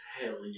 Hell